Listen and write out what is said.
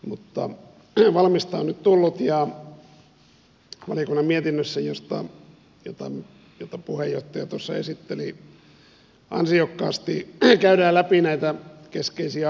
mutta valmista on nyt tullut ja valiokunnan mietinnössä jota puheenjohtaja tuossa esitteli ansiokkaasti käydään läpi näitä keskeisiä asioita